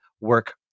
work